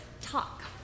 talk